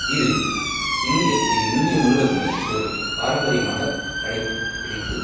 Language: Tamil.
இது இந்திய இது இந்தியா முழுவதுமே ஒரு பாரம்பரியமாக கடைப்பிடித்து